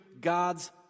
God's